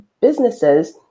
businesses